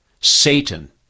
Satan